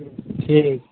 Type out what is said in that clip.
ठीक